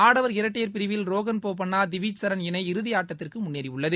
ஆடவர் இரட்டையர் பிரிவல் ரோகன் போபண்ணா டிவிட்ச் சரண் இணை இறுதி ஆட்டத்திற்கு முன்னேறியுள்ளது